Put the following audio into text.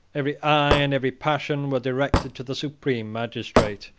every eye and every passion were directed to the supreme magistrate,